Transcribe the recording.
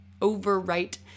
overwrite